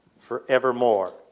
forevermore